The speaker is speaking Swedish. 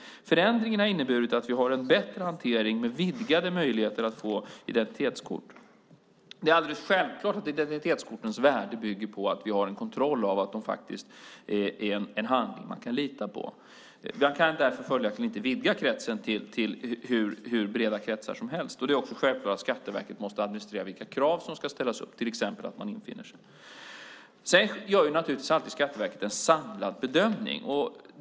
Förändringen har inneburit att vi har en bättre hantering med vidgade möjligheter att få identitetskort. Det är alldeles självklart att identitetskortens värde bygger på att vi har en kontroll av att det är en handling man kan lita på. Jag kan därför följaktligen inte vidga kretsen hur brett som helst. Det är också självklart att Skatteverket måste administrera vilka krav som ska ställas upp, till exempel att man infinner sig. Sedan gör naturligtvis alltid Skatteverket en samlad bedömning.